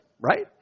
right